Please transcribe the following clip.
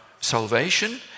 salvation